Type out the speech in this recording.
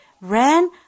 ran